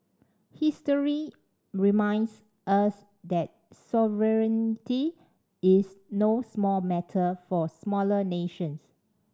history reminds us that sovereignty is no small matter for smaller nations